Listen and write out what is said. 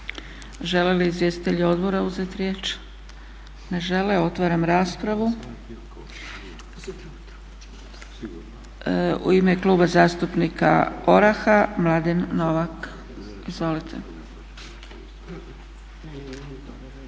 Žele li izvjestitelji odbora uzeti riječ? Ne žele. Otvaram raspravu. U ime Kluba zastupnika OraH-a Mladen Novak. Izvolite.